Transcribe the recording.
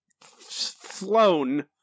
flown